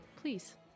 please